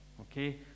okay